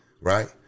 Right